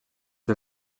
del